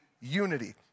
unity